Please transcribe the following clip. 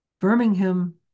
Birmingham